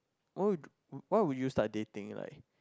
what why would you start dating like